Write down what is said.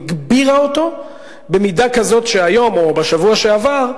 היא הגבירה אותו במידה כזאת שהיום או בשבוע שעבר,